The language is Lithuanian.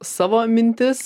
savo mintis